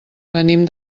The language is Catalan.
venim